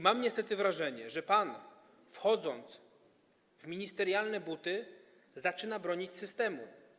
Mam niestety wrażenie, że pan, wchodząc w ministerialne buty, zaczyna bronić systemu.